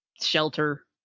shelter